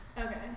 Okay